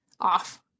off